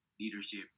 leadership